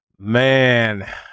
Man